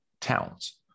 town's